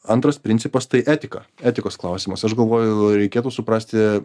antras principas tai etika etikos klausimas aš galvoju reikėtų suprasti